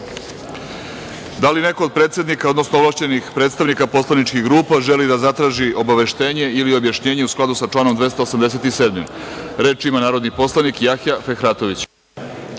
li neko od predsednika, odnosno ovlašćenih predstavnika poslaničkih grupa želi da zatraži obaveštenje ili objašnjenje u skladu sa članom 287. Poslovnika? Reč ima narodni poslanik Jahja Fehratović. Izvolite.